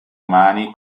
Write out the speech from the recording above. umani